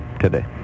today